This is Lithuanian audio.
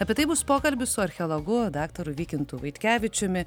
apie tai bus pokalbis su archeologu daktaru vykintu vaitkevičiumi